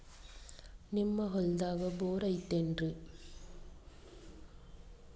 ನಿಮ್ಮ ಹೊಲ್ದಾಗ ಬೋರ್ ಐತೇನ್ರಿ?